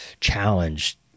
challenge